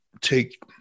take